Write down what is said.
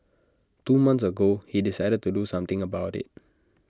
two months ago he decided to do something about IT